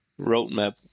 roadmap